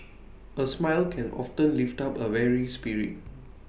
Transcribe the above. A smile can often lift up A weary spirit